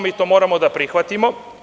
Mi to moramo da prihvatimo.